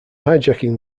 hijacking